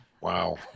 Wow